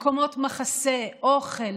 מקומות מחסה, אוכל.